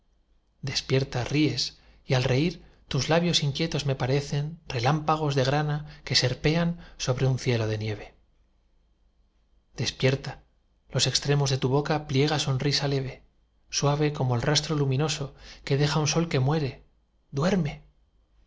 despierta ríes y al reir tus labios inquietos me parecen relámpagos de grana que serpean sobre un cielo de nieve dormida los extremos de tu boca pliega sonrisa leve suave como el rastro luminoso que deja un sol que muere duerme